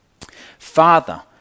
Father